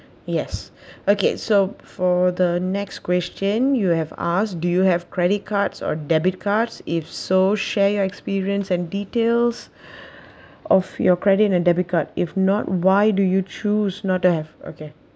yes okay so for the next question you have ask do you have credit cards or debit cards if so share your experience and details of your credit and debit card if not why do you choose not to have okay